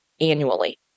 annually